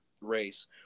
race